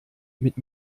mit